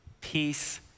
peace